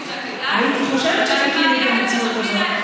הייתי חושבת שתכירי את המציאות הזאת.